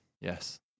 yes